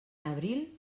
abril